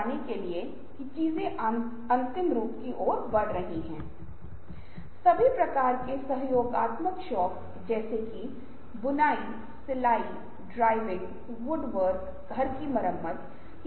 एक अन्य समूह निर्णय समर्थन प्रणाली है जहां यह आपके वीडियो कॉन्फ्रेंसिंग मोड की तरह है